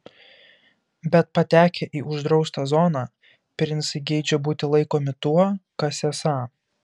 bet patekę į uždraustą zoną princai geidžia būti laikomi tuo kas esą